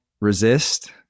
resist